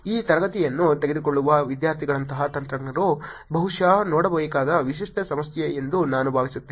ಈ ತರಗತಿಯನ್ನು ತೆಗೆದುಕೊಳ್ಳುವ ವಿದ್ಯಾರ್ಥಿಗಳಂತಹ ತಂತ್ರಜ್ಞರು ಬಹುಶಃ ನೋಡಬೇಕಾದ ವಿಶಿಷ್ಟ ಸಮಸ್ಯೆ ಎಂದು ನಾನು ಭಾವಿಸುತ್ತೇನೆ